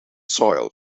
soil